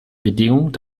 bedingung